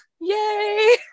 Yay